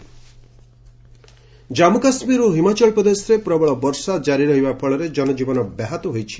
J and K rain Jammu Kashmir ଓ ହିମାଚଳ ପ୍ରଦେଶରେ ପ୍ରବଳ ବର୍ଷା ଜାରି ରହିବା ଫଳରେ ଜନଜୀବନ ବ୍ୟାହତ ହୋଇଛି